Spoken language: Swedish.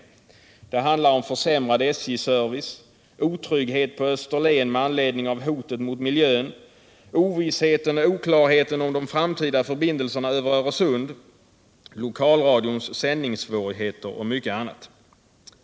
Onsdagen den Det handlar om försämrad SJ-service, otrygghet på Österlen med anled 17 maj 1978 ning av hoten mot miljön, ovissheten och oklarheten om de framtida förbindelserna över Öresund, lokalradions sändningssvårigheter och mycket annat.